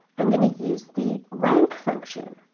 i'm gonna use the rank function.